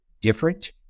different